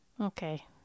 okay